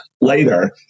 Later